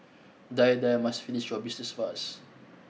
die die must finish your business first